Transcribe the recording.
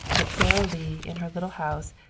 but sara lee in her little house,